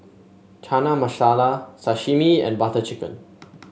Chana Masala Sashimi and Butter Chicken